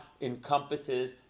encompasses